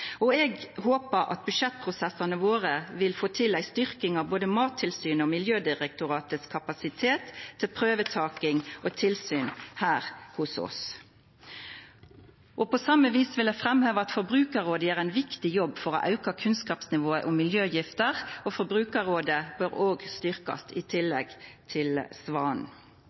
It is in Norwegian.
og eg håpar at budsjettprosessane våre vil føra til ei styrking av både Mattilsynets og Miljødirektoratets kapasitet til prøvetaking og tilsyn her hos oss. På same vis vil eg framheva at Forbrukarrådet gjer ein viktig jobb for å auka kunnskapsnivået om miljøgifter, og Forbrukarrådet bør òg styrkjast, i tillegg til